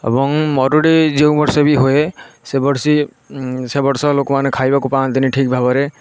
ଏବଂ ମରୁଡ଼ି ଯେଉଁ ବର୍ଷ ବି ହୁଏ ସେ ବର୍ଷି ସେ ବର୍ଷ ଲୋକମାନେ ଖାଇବାକୁ ପାଆନ୍ତିନି ଠିକ୍ ଭାବରେ